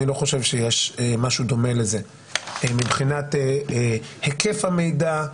אני לא חושב שיש משהו דומה לזה מבחינת היקף המידע,